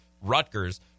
Rutgers